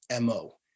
MO